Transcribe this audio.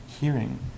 hearing